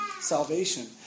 salvation